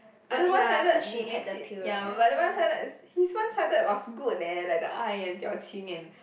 but the one sided makes it ya but the one sided is his one sided was good leh like the eye and 表情 and